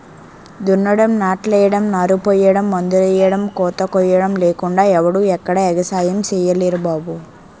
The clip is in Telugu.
దున్నడం, నాట్లెయ్యడం, నారుపొయ్యడం, మందులెయ్యడం, కోతకొయ్యడం లేకుండా ఎవడూ ఎక్కడా ఎగసాయం సెయ్యలేరు బాబూ